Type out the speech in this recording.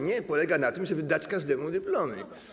Nie polega ona na tym, żeby dać każdemu dyplomy.